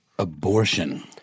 Abortion